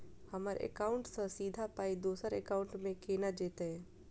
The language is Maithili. हम्मर एकाउन्ट सँ सीधा पाई दोसर एकाउंट मे केना जेतय?